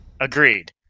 Agreed